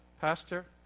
pastor